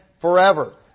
forever